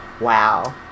wow